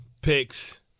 picks